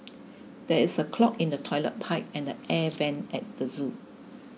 there is a clog in the Toilet Pipe and the Air Vents at the zoo